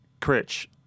Critch